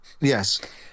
Yes